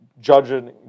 Judging